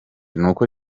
nuko